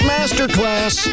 Masterclass